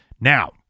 Now